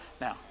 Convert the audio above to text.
Now